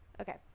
Okay